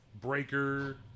Breaker